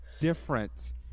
different